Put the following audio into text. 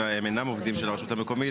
הם אינם עובדים של הרשות המקומית,